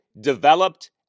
developed